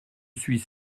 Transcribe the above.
suis